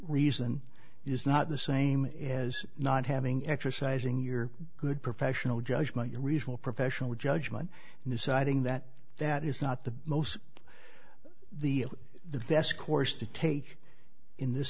reason is not the same as not having exercising your good professional judgment your original professional judgment and deciding that that is not the most the the best course to take in this